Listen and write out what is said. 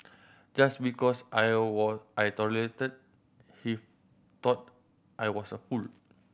just because I I tolerated he thought I was a fool